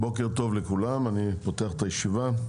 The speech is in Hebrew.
בוקר טוב, אני מתכבד לפתוח את הישיבה.